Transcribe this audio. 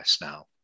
now